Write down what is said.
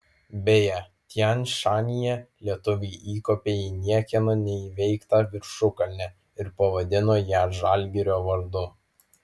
beje tian šanyje lietuviai įkopė į niekieno neįveiktą viršukalnę ir pavadino ją žalgirio vardu